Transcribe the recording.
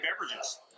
beverages